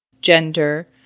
gender